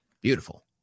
beautiful